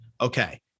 okay